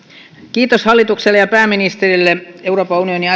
kiitos hallitukselle ja pääministerille euroopan unionin